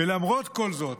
ולמרות כל זאת,